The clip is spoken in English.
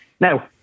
Now